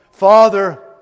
Father